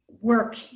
work